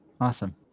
Awesome